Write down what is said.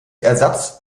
ersatz